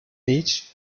age